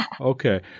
Okay